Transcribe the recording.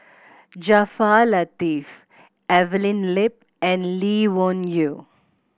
Jaafar Latiff Evelyn Lip and Lee Wung Yew